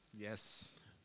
Yes